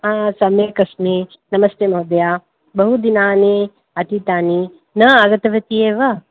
सम्यक् अस्मि नमस्ते महोदय बहु दिनानि अतीतानि न आगतवती एव